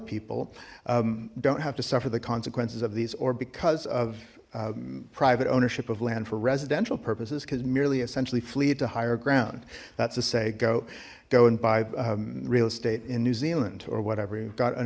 people don't have to suffer the consequences of these or because of private ownership of land for residential purposes cuz merely essentially flee to higher ground that's to say go go and buy real estate in new zealand or whatever you've got an